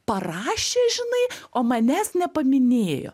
parašė žinai o manęs nepaminėjo